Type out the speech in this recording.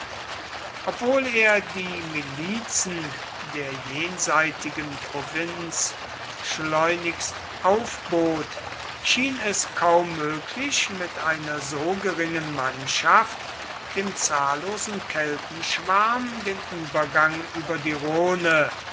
obwohl er die milizen der jenseitigen provinz schleunigst aufbot schien es kaum möglich mit einer so geringen mannschaft dem zahllosen keltenschwarm den übergang über die rhone